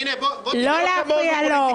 לא להפריע לו.